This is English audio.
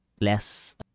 less